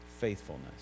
Faithfulness